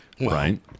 right